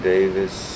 Davis